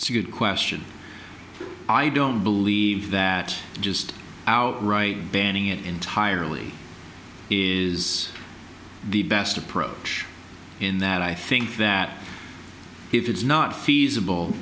it's a good question i don't believe that just our right banning it entirely is the best approach in that i think that if it's not feasible